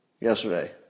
yesterday